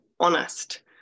honest